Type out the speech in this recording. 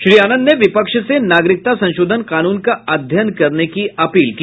श्री आनंद ने विपक्ष से नागरिकता संशोधन कानून का अध्ययन करने की अपील की